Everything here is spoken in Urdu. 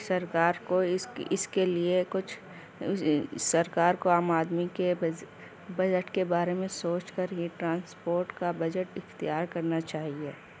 سرکار کو اس اس کے لیے کچھ سرکار کو عام آدمی کے بجٹ کے بارے میں سوچ کر یہ ٹرانسپورٹ کا بجٹ اختیار کرنا چاہیے